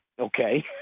okay